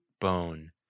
bone